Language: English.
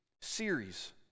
series